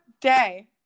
day